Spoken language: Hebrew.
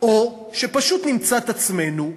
או שפשוט נמצא את עצמנו,